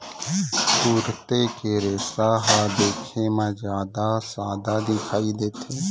तुरते के रेसा ह देखे म जादा सादा दिखई देथे